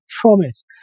promise